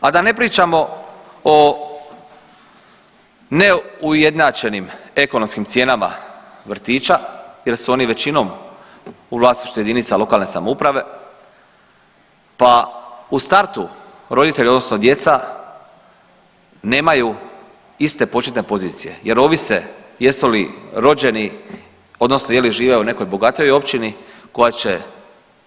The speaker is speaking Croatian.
A da ne pričamo o neujednačenim ekonomskim cijenama vrtića jer su oni većinom u vlasništvu JLS, pa u startu roditelj odnosno djeca nemaju iste početne pozicije jer ovise jesu li rođeni odnosno je li žive u nekoj bogatijoj općini koja će